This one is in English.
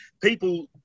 People